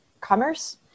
commerce